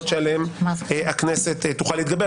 זאת האחריות המקצועית שלך להגיד איך אתה מפרש את הדברים.